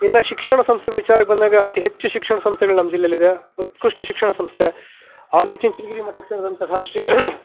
ಇನ್ನು ಶಿಕ್ಷಣ ಸಂಸ್ಥೆಗಳ ವಿಚಾರಕ್ಕೆ ಬಂದಾಗ ಅತಿ ಹೆಚ್ಚು ಶಿಕ್ಷಣ ಸಂಸ್ಥೆಗಳು ನಮ್ಮ ಜಿಲ್ಲೆಯಲ್ಲಿದೆ ಉತ್ಕೃಷ್ಟ ಶಿಕ್ಷಣ ಸಂಸ್ಥೆ ಆದಿಚುಂಚನಗಿರಿ ಮಠಕ್ಕೆ ಸೇರಿದಂತಹ ಶ್ರೀ